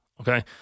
okay